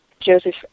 Joseph